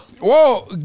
Whoa